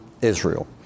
Israel